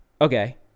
okay